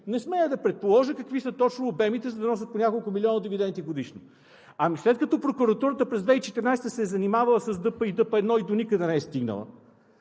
Не смея да предположа какви са точно обемите, за да носят по няколко милиона дивиденти годишно. Ами след като прокуратурата през 2014 г. се е занимавала с ДП и ДП1 и доникъде не е стигнала,